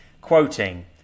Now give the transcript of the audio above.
quoting